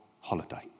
holiday